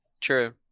true